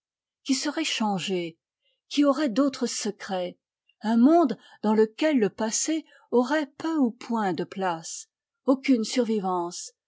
qui serait changé qui aurait d'autres secrets un monde dans lequel le passé aurait peu ou point de place aucune survivance